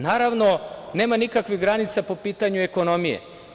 Naravno, nema nikakvih granica po pitanju ekonomije.